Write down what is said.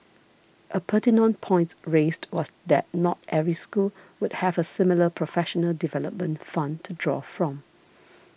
a pertinent point raised was that not every school would have a similar professional development fund to draw from